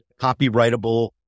copyrightable